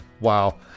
wow